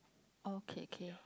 oh okay okay